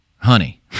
Honey